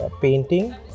painting